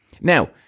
Now